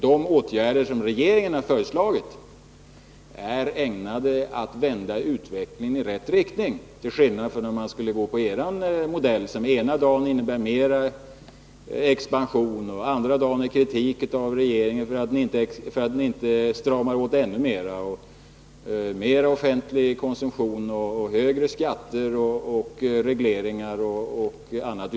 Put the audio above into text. De åtgärder som regeringen har föreslagit är emellertid ägnade att vända utvecklingen i rätt riktning, till skillnad mot den socialdemokratiska modellen som ena dagen innebär ytterligare expansion och den andra dagen kritik mot regeringen för att den inte stramar åt ännu mera. Det talas om mera offentlig konsumtion, högre skatter, regleringar och annat.